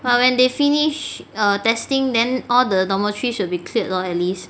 but when they finish err testing then all the dormitories will be cleared lor at least